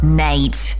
nate